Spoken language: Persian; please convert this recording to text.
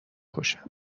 کشم